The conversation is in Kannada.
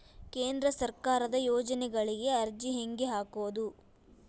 ಕೇಂದ್ರ ಸರ್ಕಾರದ ಯೋಜನೆಗಳಿಗೆ ಅರ್ಜಿ ಹೆಂಗೆ ಹಾಕೋದು?